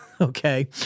Okay